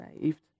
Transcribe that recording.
saved